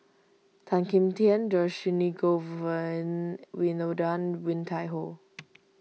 Tan Kim Tian Dhershini Govin Winodan Woon Tai Ho